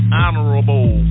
honorable